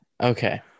Okay